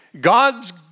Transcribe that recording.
God's